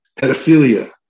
pedophilia